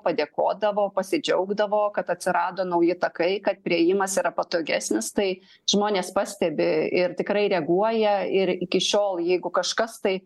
padėkodavo pasidžiaugdavo kad atsirado nauji takai kad priėjimas yra patogesnis tai žmonės pastebi ir tikrai reaguoja ir iki šiol jeigu kažkas tai